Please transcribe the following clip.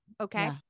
okay